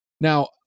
Now